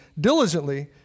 diligently